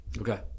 Okay